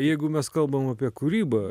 jeigu mes kalbam apie kūrybą